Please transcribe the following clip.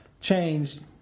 changed